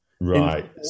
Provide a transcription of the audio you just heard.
right